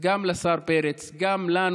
גם לשר פרץ וגם לנו,